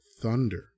thunder